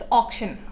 auction